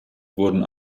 wurden